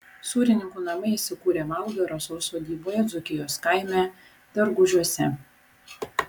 sūrininkų namai įsikūrę valdo ir rasos sodyboje dzūkijos kaime dargužiuose